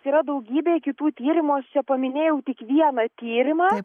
yra daugybė kitų tyrimų aš čia paminėjau tik vieną tyrimą